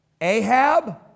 Ahab